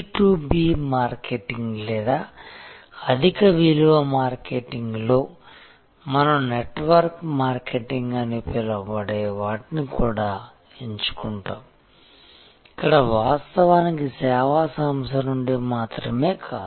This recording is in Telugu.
B2B మార్కెటింగ్ లేదా అధిక విలువ మార్కెటింగ్లో మనం నెట్వర్క్ మార్కెటింగ్ అని పిలవబడే వాటిని కూడా ఎంచుకుంటాము ఇక్కడ వాస్తవానికి సేవా సంస్థ నుండి మాత్రమే కాదు